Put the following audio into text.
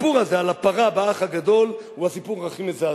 הסיפור הזה על הפרה ב"האח הגדול" הוא הסיפור הכי מזעזע.